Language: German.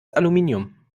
aluminium